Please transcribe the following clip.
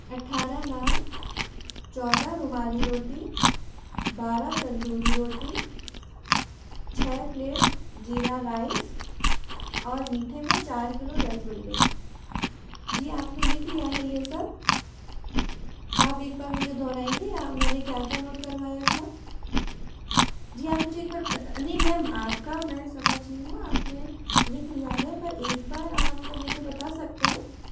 अट्ठारह नान चौदह रुमाली रोटी बारह तंदूरी रोटी छ प्लेट ज़ीरा राइस और मीठे में चार किलो रसगुल्ले जी आपने लिख लिया है ये सब आप एक बार मुझे दोहराएंगे या मैंने क्या क्या नोट करवाया था जी आप मुझे एक बार पता नहीं मैम आपका मैं समझ रही हूँ आपने लिख लिया है पर एक बार आप मुझे बता सकते हैं